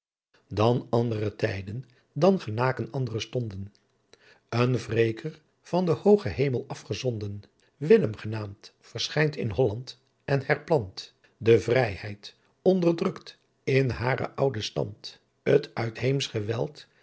dan andre tijden dan genaaken andre stonden een wreeker van den hoogen hemel afgezonden welhem genaamt verschijnt in hollant en herplant de vryheidt onderdrukt in haren ouden standt t uitheemsch